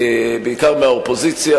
בעיקר מהאופוזיציה,